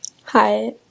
Hi